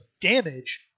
damage